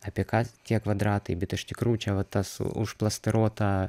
apie ką tie kvadratai bet iš tikrųjų čia va tas užplasteruota